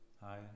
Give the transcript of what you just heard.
hi